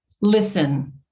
Listen